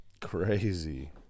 Crazy